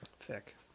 thick